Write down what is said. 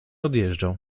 odjeżdżał